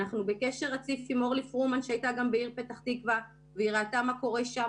אנחנו בקשר רציף עם אורלי פרומן שהיתה בפתח-תקווה וראתה מה קורה שם,